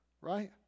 right